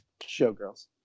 showgirls